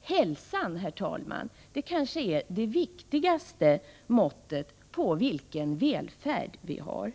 Hälsan, herr talman, är kanske det viktigaste måttet på vilken välfärd vi har.